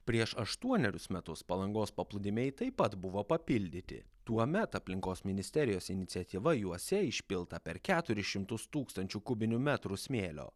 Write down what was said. prieš aštuonerius metus palangos paplūdimiai taip pat buvo papildyti tuomet aplinkos ministerijos iniciatyva juose išpilta per keturis šimtus tūkstančių kubinių metrų smėlio